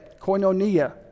Koinonia